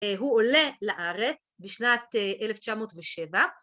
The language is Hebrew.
הוא עולה לארץ בשנת 1907.